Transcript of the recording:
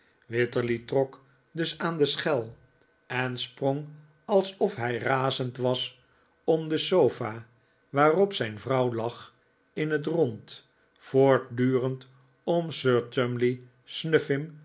wititterly trok dus aan de schel en sprong alsof hij razend was om de sofa waarop zijn vrouw lag in het rond voortdurend